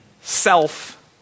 Self